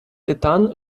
титан